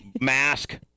mask